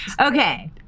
Okay